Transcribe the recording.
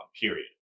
period